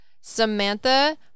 Samantha